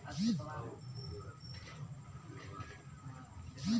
भेड़ रखे खातिर कउनो ताम झाम नाहीं करे के होला